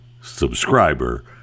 subscriber